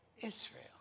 Israel